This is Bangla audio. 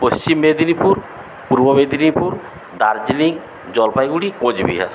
পশ্চিম মেদিনীপুর পূর্ব মেদিনীপুর দার্জিলিং জলপাইগুড়ি কোচবিহার